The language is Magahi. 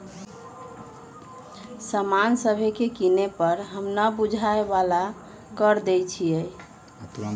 समान सभके किने पर हम न बूझाय बला कर देँई छियइ